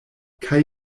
kaj